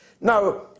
Now